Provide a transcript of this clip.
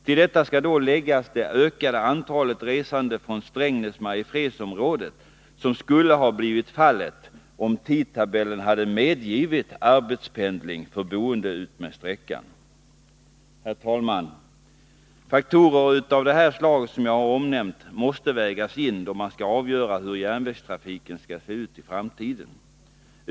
Till detta skall då läggas det ökade antal resande från Strängnäs-Mariefredsområdet som skulle ha blivit fallet, om tidtabellen hade medgivit arbetspendling för boende utmed sträckan. Herr talman! Faktorer av det slag som jag här omnämnt måste vägas in då man skall avgöra hur järnvägstrafiken skall se ut i framtiden.